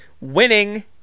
winning